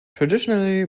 traditionally